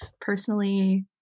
personally